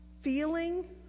feeling